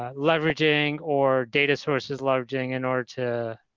ah leveraging or data sources leveraging in order to